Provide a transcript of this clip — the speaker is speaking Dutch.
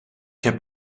heb